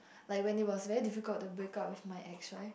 like when it was very difficult to break up with my ex right